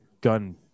gun